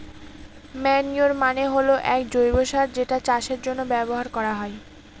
manure মানে হল এক জৈব সার যেটা চাষের জন্য ব্যবহার করা হয়